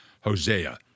Hosea